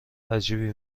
عجیبی